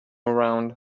around